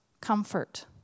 comfort